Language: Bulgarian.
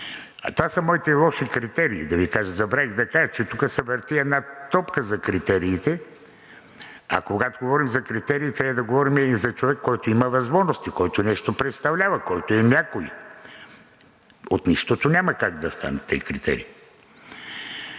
Това са моите лоши критерии, да Ви кажа. Забравих да кажа, че тук се върти една топка за критериите, а когато говорим за критерии, трябва да говорим и за човек, който има възможности, който нещо представлява, който е някой. От нищото няма как да станат тези критерии.